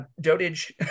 dotage